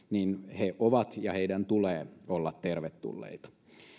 he ovat ja heidän tulee olla tervetulleita